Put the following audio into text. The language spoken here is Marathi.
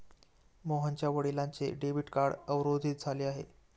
मोहनच्या वडिलांचे डेबिट कार्ड अवरोधित झाले आहे